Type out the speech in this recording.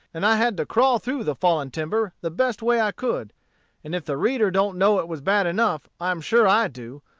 and i had to crawl through the fallen timber the best way i could and if the reader don't know it was bad enough, i am sure i do.